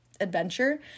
adventure